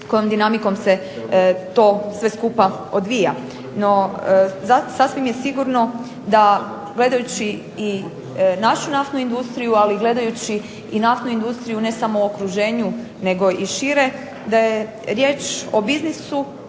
kojom dinamikom se to sve skupa odvija. No, sasvim je sigurno da gledajući i našu naftnu industriju ali i gledajući naftnu industriju ne samo u okruženju nego i šire da je riječ o biznisu